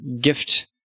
gift